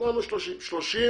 אמרנו 30. 30,